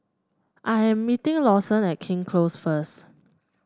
I am meeting Lawson at King Close first